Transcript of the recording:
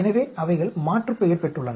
எனவே அவைகள் மாற்றுப்பெயர் பெற்றுள்ளன